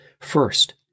First